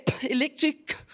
electric